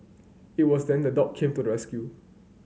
it was then the dog came to rescue